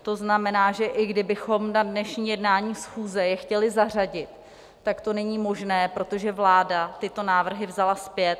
To znamená, že i kdybychom na dnešní jednání schůze je chtěli zařadit, tak to není možné, protože vláda tyto návrhy vzala zpět.